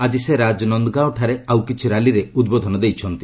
ଆଜି ସେ ରାଜନନ୍ଦଗାଓଁ ଠାରେ ଆଉ କିଛି ରାଲିରେ ଉଦ୍ବୋଧନ ଦେଉଛନ୍ତି